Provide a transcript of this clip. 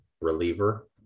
Reliever